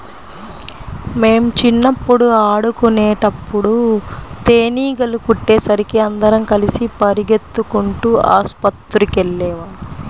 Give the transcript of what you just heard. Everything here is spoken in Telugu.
మేం చిన్నప్పుడు ఆడుకునేటప్పుడు తేనీగలు కుట్టేసరికి అందరం కలిసి పెరిగెత్తుకుంటూ ఆస్పత్రికెళ్ళాం